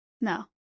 No